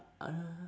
uh